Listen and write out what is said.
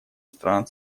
стран